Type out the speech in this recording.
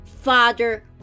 father